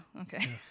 Okay